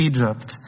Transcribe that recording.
Egypt